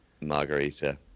margarita